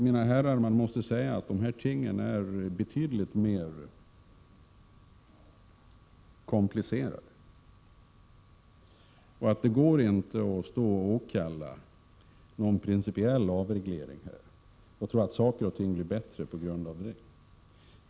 Mina herrar, man måste säga att dessa ting är betydligt mer komplicerade. Det går inte att påkalla någon principiell avreglering och tro att saker och ting blir bättre bara av det.